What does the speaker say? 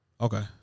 Okay